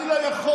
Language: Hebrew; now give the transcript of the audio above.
אני לא דתי,